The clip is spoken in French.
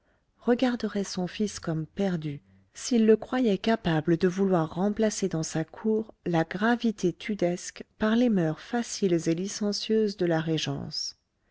regarderait son fils comme perdu s'il le croyait capable de vouloir remplacer dans sa cour la gravité tudesque par les moeurs faciles et licencieuses de la régence